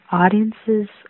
audiences